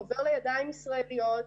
עובר לידיים ישראליות,